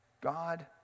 God